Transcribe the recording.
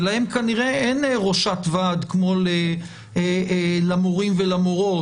ולהם כנראה אין ראשת ועד כמו למורים ולמורות,